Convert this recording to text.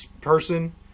person